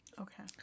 Okay